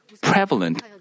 prevalent